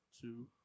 Two